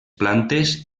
plantes